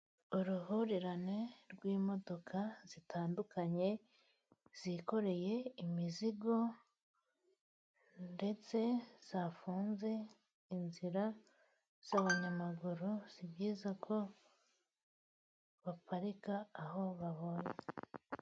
Uruhurirane rw'imodoka zitandukanye, zikoreye imizigo, ndetse zafunze inzira y'abanyamaguru, si byiza ko baparika aho babonye.